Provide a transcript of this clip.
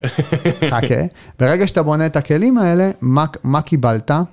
חכה, ברגע שאתה בונה את הכלים האלה, מה קיבלת?